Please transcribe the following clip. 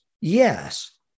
yes